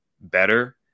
better